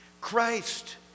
Christ